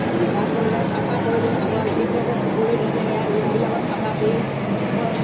আকৌ বাথৰুমবিলাক চাফা কৰিলোঁ আকৌ যিবিলাকে শুবলৈ দিছিলে সেয়া ৰুমবিলাকত চাফা কৰি আকৌ